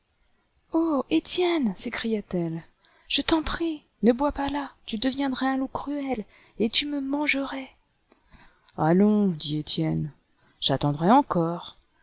etienne s'écria-t-elle je t'en prie neboi pas là tu deviendrais un loup cruel et tu me mandais allons dit etienne j'attendrai encore